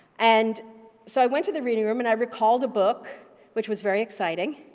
and so i went to the reading room and i recalled a book which was very exciting,